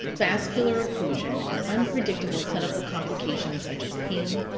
vascular occlusion, and unpredictable clinical complications, such as pain,